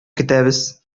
көтәбез